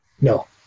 No